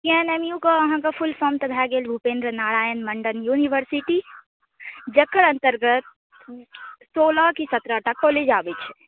बीएनएमयूके अहाँके full form तऽ भऽ गेल भूपेन्द्र नारायण मण्डल यूनिवर्सिटी जकर अन्तर्गत सोलह की सत्रह टा कॉलेज आबैत छै